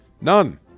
None